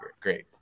great